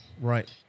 Right